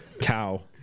Cow